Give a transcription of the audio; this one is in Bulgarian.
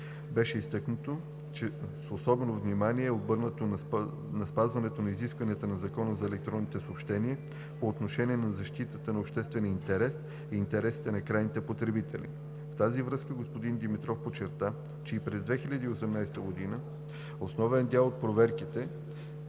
Беше изтъкнато, че особено внимание е обърнато на спазване на изискванията на Закона за електронните съобщения по отношение на защита на обществения интерес и интересите на крайните потребители. В тази връзка господин Димитров подчерта, че и през 2018 г. основен дял от проверките